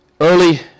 Early